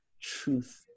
Truth